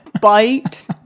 Bite